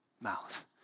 mouth